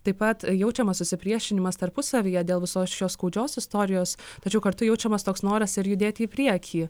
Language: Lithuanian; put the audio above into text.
taip pat jaučiamas susipriešinimas tarpusavyje dėl visos šios skaudžios istorijos tačiau kartu jaučiamas toks noras ir judėti į priekį